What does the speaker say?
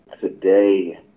Today